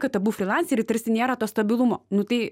kad abu frilanseriai tarsi nėra to stabilumo nu tai